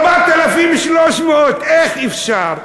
4,300, איך אפשר,